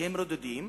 שהם רדודים,